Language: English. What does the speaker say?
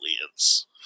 aliens